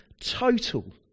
total